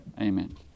Amen